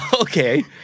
Okay